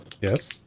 Yes